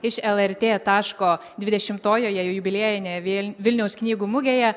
iš lrt taško dvidešimtojoje jubiliejinėje vėl vilniaus knygų mugėje